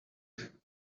doing